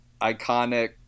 iconic